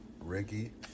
Ricky